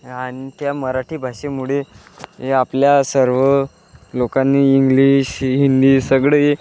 आणि त्या मराठी भाषेमुळे हे आपल्या सर्व लोकांनी इंग्लिश हिंदी सगळी